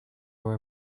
were